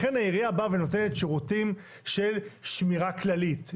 לכן העירייה באה ונותנת שירותים של שמירה כללית.